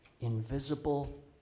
invisible